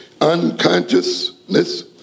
unconsciousness